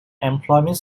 employment